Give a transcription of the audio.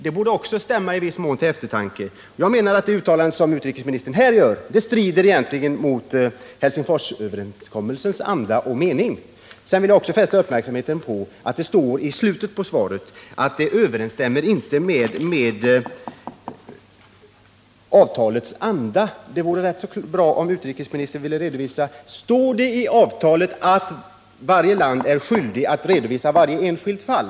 Det borde i viss mån stämma till ”ftertanke. Jag menar att det uttalande utrikesministern gör här egentligen strider mot Helsingforsöverenskommelsens anda och mening. Jag vill även fästa uppmärksamheten på att det i slutet av svaret står att denna tillämpning inte överensstämmer med avtalets anda. Det vore bra om utrikesministern ville redovisa om det i avtalet står att varje land är skyldigt att redovisa varje enskilt fall.